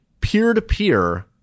peer-to-peer